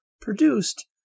produced